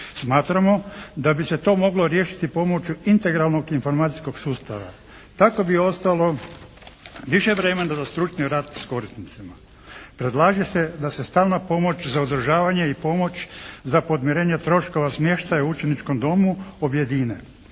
Smatramo da bi se to moglo riješiti pomoću integralnog informacijskog sustava. Tako bi ostalo više vremena za stručni rad s korisnicima. Predlaže se da se stalna pomoć za održavanje i pomoć za podmirenje troškova smještaja u učeničkom domu objedine.